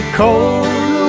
cold